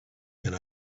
and